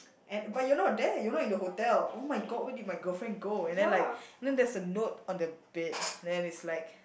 and but you're no there you're not in the hotel oh-my-god where did my girlfriend go and then like you know there's a note on the bed then it's like